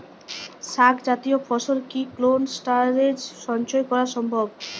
শাক জাতীয় ফসল কি কোল্ড স্টোরেজে সঞ্চয় করা সম্ভব?